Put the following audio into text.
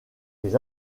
des